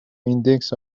index